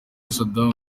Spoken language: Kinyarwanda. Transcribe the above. saddam